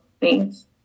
thanks